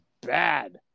bad